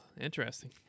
Interesting